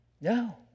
No